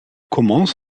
commence